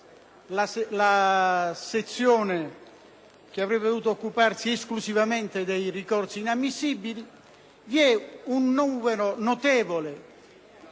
la sezione che avrebbe dovuto occuparsi esclusivamente dei ricorsi inammissibili. Il numero di